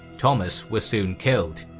thomas was soon killed.